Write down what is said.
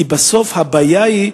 כי בסוף הבעיה היא,